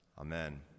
Amen